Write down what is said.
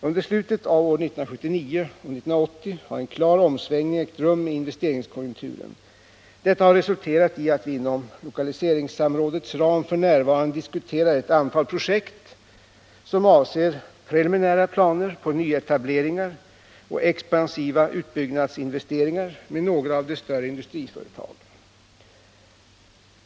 Under slutet av 1979 och under 1980 har en klar omsvängning ägt rum i investeringskonjunkturen. Detta har resulterat i att vi inom lokaliseringssamrådets ram f. n. diskuterar ett antal projekt som avser preliminära planer på nyetableringar och expansiva utbyggnadsinvesteringar med några av de större industriföretagen.